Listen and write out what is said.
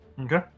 Okay